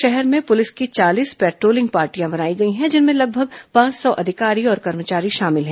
शहर में पुलिस की चालीस पेट्रोलिंग पार्टिंयां बनाई गई हैं जिसमें लगभग पांच सौ अधिकारी और कर्मचारी शामिल हैं